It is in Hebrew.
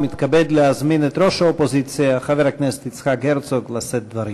ומתכבד להזמין את ראש האופוזיציה חבר הכנסת יצחק הרצוג לשאת דברים.